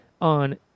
on